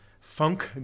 funk